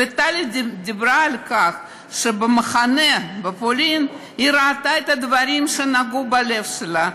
טלי דיברה על כך שבמחנה בפולין היא ראתה את הדברים שנגעו ללב שלה,